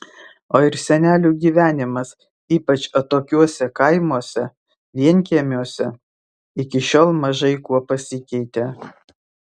o ir senelių gyvenimas ypač atokiuose kaimuose vienkiemiuose iki šiol mažai kuo pasikeitė